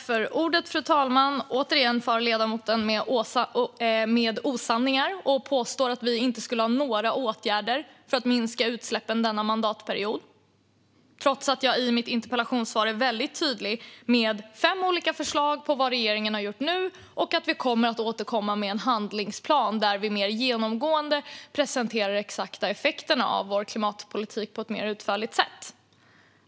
Fru talman! Återigen far ledamoten med osanningar och påstår att vi inte skulle ha några åtgärder för att minska utsläppen denna mandatperiod. Det gör hon trots att jag i mitt interpellationssvar var väldig tydlig med fem olika exempel på vad regeringen har gjort och med att vi kommer att återkomma med en handlingsplan där vi presenterar de exakta effekterna av vår klimatpolitik på ett mer utförligt sätt.